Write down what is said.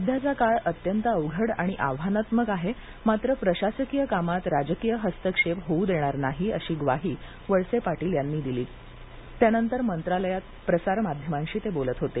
सध्याचा काळ अत्यंत अवघड आणि आव्हानात्मक आहे मात्र प्रशासकीय कामात राजकीय हस्तक्षेप होऊ देणार नाही अशी ग्वाही वळसे पाटील यांनी त्यानंतर मंत्रालयात प्रसारमाध्यमांशी बोलताना दिली